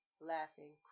laughing